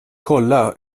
kolla